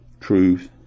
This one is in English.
truth